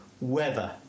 weather